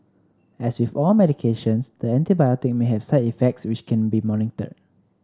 as with all medications the antibiotic may have side effects which can be monitored